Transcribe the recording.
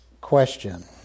question